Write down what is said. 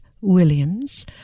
Williams